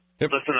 listen